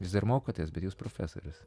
vis dar mokotės bet jūs profesorius